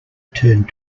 turned